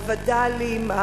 הווד"לים,